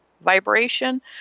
vibration